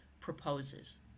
proposes